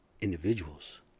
individuals